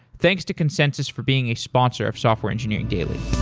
thanks to consensys for being a sponsor of software engineering daily